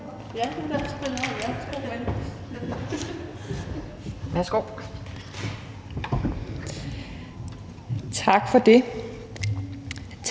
Krag): Tak for det.